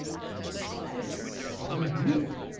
like that is so weird,